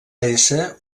ésser